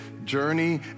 journey